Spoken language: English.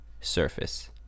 surface